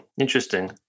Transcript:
interesting